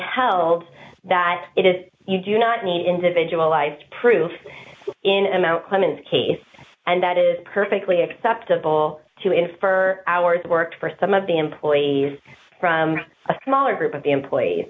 held that it is you do not need individualized proof in amount clemence case and that is perfectly acceptable civil to infer hours worked for some of the employees from a smaller group of employees